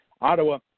Ottawa